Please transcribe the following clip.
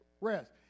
Rest